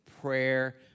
Prayer